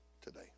Today